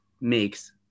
makes